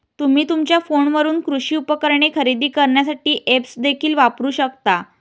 तुम्ही तुमच्या फोनवरून कृषी उपकरणे खरेदी करण्यासाठी ऐप्स देखील वापरू शकता